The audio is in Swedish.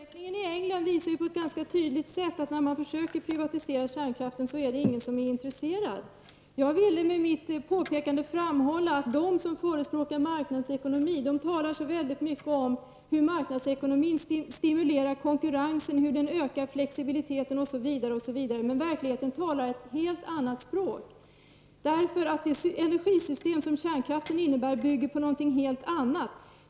Fru talman! Utvecklingen i England visar ju på ett ganska tydligt sätt att när man försöker privatisera kärnkraften är det ingen som är intresserad. Jag ville med mitt påpekande framhålla att de som förespråkar marknadsekonomi talar så mycket om hur marknadsekonomin stimulerar konkurrensen, hur den ökar flexibiliteten osv., men verkligheten talar ett helt annat språk, därför att det energisystem som kärnkraften innebär bygger på något helt annat.